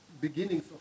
beginnings